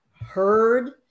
heard